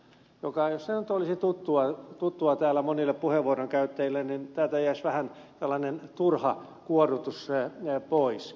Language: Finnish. jos se nyt olisi tuttua täällä monille puheenvuoron käyttäjille niin täältä jäisi tällainen turha kuorrutus pois